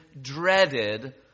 dreaded